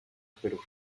pero